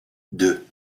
deux